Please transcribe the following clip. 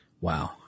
Wow